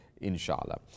inshallah